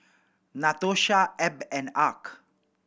Natosha Ebb and Arch